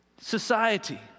society